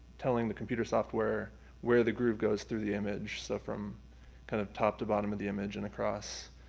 telling the computer software where the groove goes through the image, so from kind of top to bottom of the image and across.